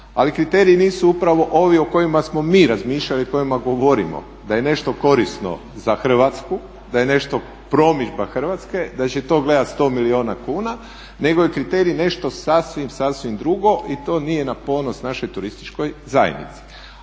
ali kriteriji nisu upravo ovi o kojima smo mi razmišljali i o kojima govorimo da je nešto korisno za Hrvatsku, da je nešto promidžba Hrvatske, da će to gledati 100 milijuna ljudi nego je kriterij nešto sasvim, sasvim drugo i to nije na ponos našoj turističkoj zajednici.